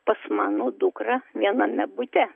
pas mano dukra viename bute